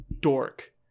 dork